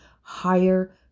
higher